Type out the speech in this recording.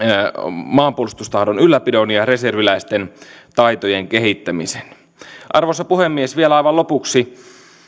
maanpuolustustahdon ylläpidon ja reserviläisten taitojen kehittämisen arvoisa puhemies vielä aivan lopuksi